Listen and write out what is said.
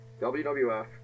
WWF